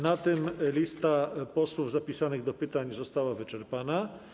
Na tym lista posłów zapisanych do pytań została wyczerpana.